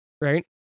right